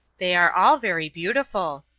they are all very beautiful,